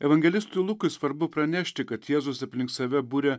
evangelistui lukui svarbu pranešti kad jėzus aplink save buria